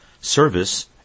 service